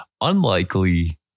Unlikely